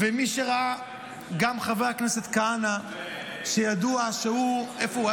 ומי שראה, גם חבר הכנסת כהנא, איפה הוא?